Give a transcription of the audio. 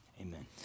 amen